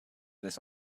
this